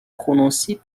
prononcée